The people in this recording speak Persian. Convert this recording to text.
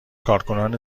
کارکنان